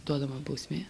duodama bausmė